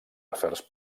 afers